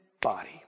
body